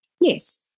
Yes